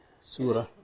Surah